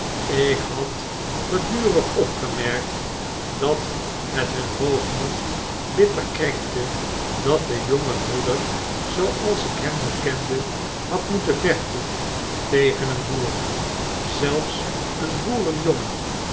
lk had gedurig opgemerkt dat het hun hoogmoed bitter krenkte dat de jongere broeder zooals ik hem nu kende had moeten vechten tegen een boer zelfs een